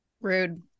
Rude